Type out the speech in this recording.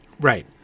Right